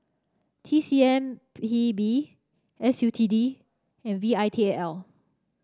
T C M P B S U T D and V I T A L